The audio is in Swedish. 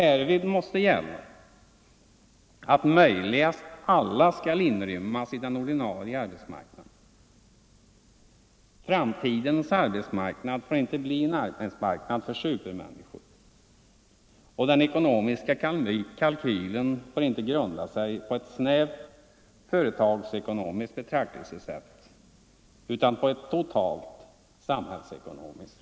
Härvid måste gälla att om möjligt alla skall inrymmas i den ordinarie arbetsmarknaden. Framtidens arbetsmarknad får inte bli en arbetsmarknad för supermänniskor, och den ekonomiska kalkylen får inte grunda sig på ett snävt företagsekonomiskt betraktelsesätt utan på ett totalt samhällsekonomiskt.